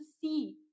see